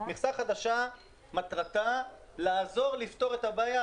מטרת מכסה חדשה מטרתה לעזור לפתור את הבעיה,